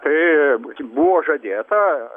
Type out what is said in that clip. tai tik buvo žadėta